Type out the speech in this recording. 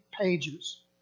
pages